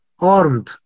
armed